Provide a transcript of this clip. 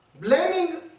Blaming